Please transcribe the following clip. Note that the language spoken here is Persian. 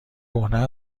کهنه